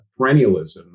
perennialism